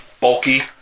bulky